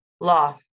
law